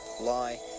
lie